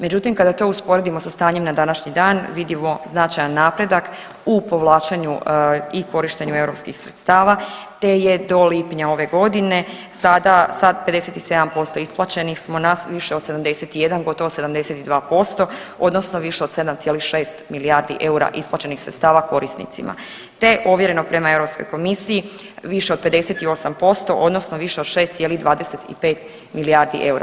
Međutim, kada to usporedimo sa stanjem na današnji dan vidimo značajan napredak u povlačenju i korištenju europskih sredstava te je do lipnja ove godine sada sa 57% isplaćenih smo naviše od 71 gotovo 72% odnosno više od 7,6 milijardi eura isplaćenih sredstava korisnicima te ovjereno prema Europskoj komisiji više od 58% odnosno više od 6,25 milijardi eura.